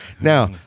now